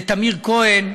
לטמיר כהן,